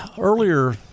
earlier